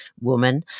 woman